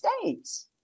States